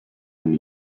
and